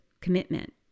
commitment